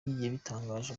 yabitangaje